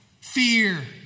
fear